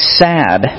sad